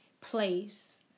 place